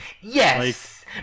Yes